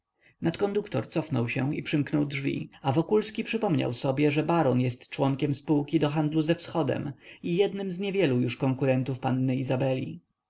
łaskaw nadkonduktor cofnął się i przymknął drzwi a wokulski przypomniał sobie że baron jest członkiem spółki do handlu ze wschodem i jednym z niewielu już konkurentów panny izabeli